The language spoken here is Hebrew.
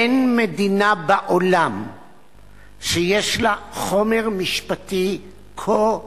אין מדינה בעולם שיש לה חומר משפטי כה מעמיק,